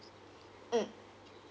mm